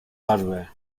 hardware